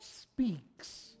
speaks